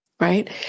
Right